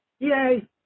Yay